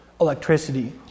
electricity